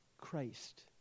Christ